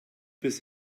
bis